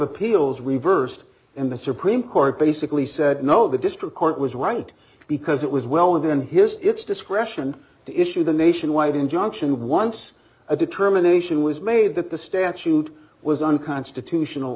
appeals reversed and the supreme court basically said no the district court was right because it was well within his its discretion to issue the nationwide injunction once a determination was made that the statute was unconstitutional